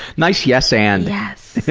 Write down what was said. nice yes and! yes